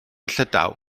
llydaw